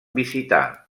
visitar